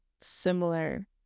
similar